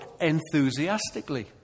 enthusiastically